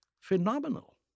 phenomenal